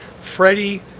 Freddie